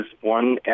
one